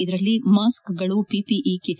ಇದರಲ್ಲಿ mask PPE ಕೆಟ್